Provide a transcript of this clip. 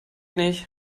nicht